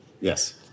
Yes